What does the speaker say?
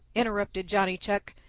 interrupted johnny chuck.